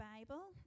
Bible